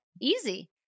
easy